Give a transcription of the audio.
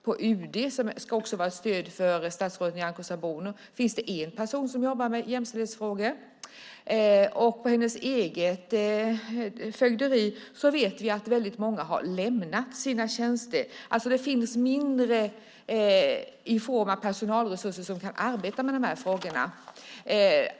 På UD som ska vara ett stöd för statsrådet Nyamko Sabuni finns det en person som jobbar med jämställdhetsfrågor. På hennes eget fögderi vet vi att många har lämnat sina tjänster. Det finns mindre i form av personalresurser som kan arbeta med dessa frågor.